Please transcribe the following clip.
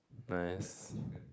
nice